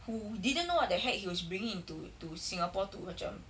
who didn't know what the heck he was bringing into to singapore to macam